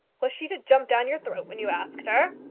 was she to jump down your throat when you asked her?